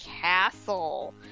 Castle